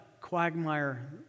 quagmire